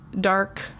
dark